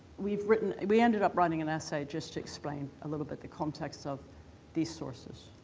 we've written, we ended up writing an essay just to explain a little bit the context of these sources,